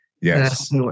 Yes